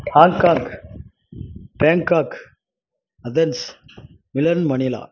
Hong Kong Bangkok Athens Milan Manila